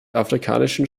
afrikanischen